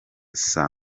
saa